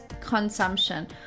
consumption